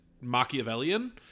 Machiavellian